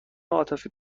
عاطفی